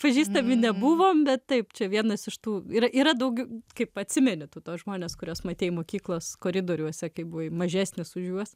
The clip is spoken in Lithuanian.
pažįstami nebuvom bet taip čia vienas iš tų yra yra daugiau kaip atsimeni tu tuos žmones kuriuos matei mokyklos koridoriuose kai buvai mažesnis už juos